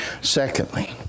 Secondly